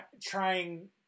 trying